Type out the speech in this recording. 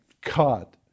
cut